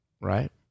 right